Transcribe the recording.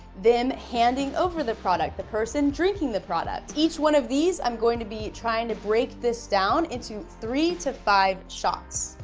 them handing over the product, the person drinking the product. each one of these, i'm going to be trying to break this down into three to five shots.